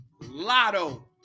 Lotto